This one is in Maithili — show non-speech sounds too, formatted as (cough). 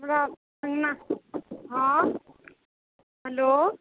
(unintelligible) हँ हेलो